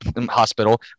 hospital